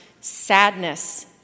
sadness